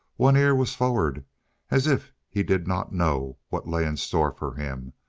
one ear was forward as if he did not know what lay in store for him,